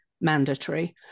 mandatory